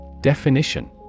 Definition